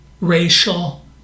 racial